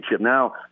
Now